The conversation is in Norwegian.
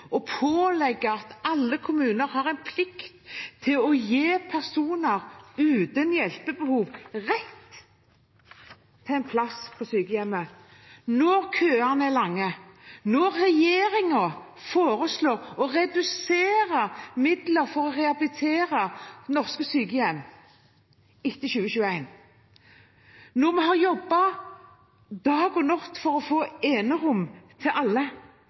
alle kommuner en plikt til å gi personer uten hjelpebehov rett til en plass på sykehjem. Når køene er lange, når regjeringen foreslår å redusere midlene til å rehabilitere norske sykehjem etter 2021, når vi har jobbet dag og natt for å få enerom til alle,